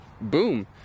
boom